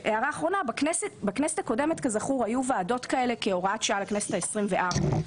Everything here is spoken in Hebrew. בכנסת הקודמת היו ועדות כאלו כהוראת שעה לכנסת ה-24.